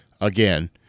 again